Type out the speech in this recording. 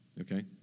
Okay